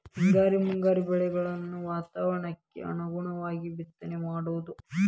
ಹಿಂಗಾರಿ ಮುಂಗಾರಿ ಬೆಳೆಗಳನ್ನ ವಾತಾವರಣಕ್ಕ ಅನುಗುಣವಾಗು ಬಿತ್ತನೆ ಮಾಡುದು